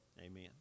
Amen